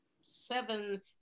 seven